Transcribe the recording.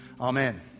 Amen